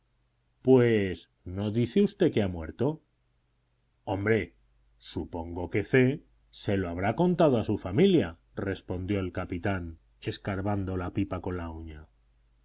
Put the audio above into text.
pues no dice usted que ha muerto hombre supongo que c se lo habrá contado a su familia respondió el capitán escarbando la pipa con la uña